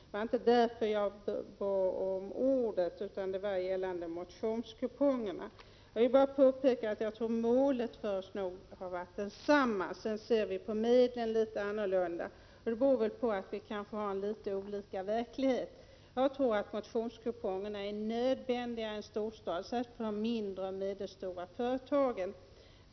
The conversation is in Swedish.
Men det var inte därför jag bad om ordet, utan det var för att säga något om motionskupongerna. Jag tror att målet för oss har varit detsamma. Sedan ser vi litet annorlunda på medlen. De beror kanske på att vi lever i litet olika verkligheter. Jag tror att motionskupongerna är nödvändiga i en storstad, särskilt för de mindre och de medelstora företagen.